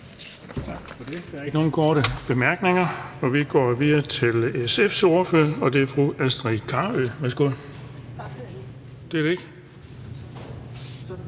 Tak for det. Der er ikke nogen korte bemærkninger. Vi går videre til SF's ordfører, og det er fru Astrid Carøe, værsgo